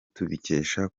tubikesha